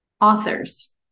Authors